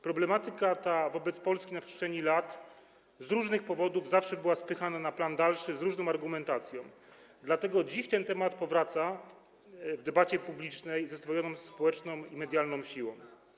Problematyka ta w odniesieniu do Polski na przestrzeni lat z różnych powodów zawsze była spychana na dalszy plan, z różną argumentacją, dlatego dziś ten temat powraca w debacie publicznej ze zdwojoną, społeczną i medialną siłą.